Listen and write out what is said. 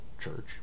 church